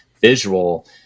visual